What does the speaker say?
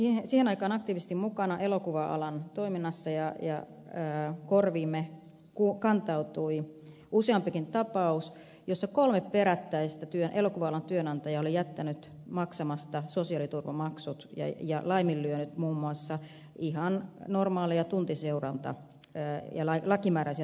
olin siihen aktiivisesti mukana elokuva alan toiminnassa ja korviimme kantautui useampikin tapaus jossa kolme perättäistä elokuva alan työnantajaa oli jättänyt maksamatta sosiaaliturvamaksut ja laiminlyönyt muun muassa ihan normaaleja lakimääräisiä tuntiseurantoja